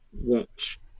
Watch